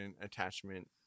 attachment